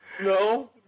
No